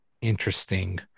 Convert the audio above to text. interesting